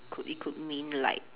could it could mean like